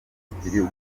minisitiri